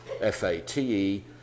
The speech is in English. F-A-T-E